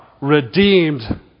redeemed